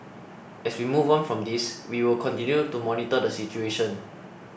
as we move on from this we will continue to monitor the situation